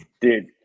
Dude